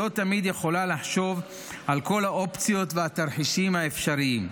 שלא תמיד יכולה לחשוב על כל האופציות והתרחישים האפשריים.